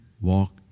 walk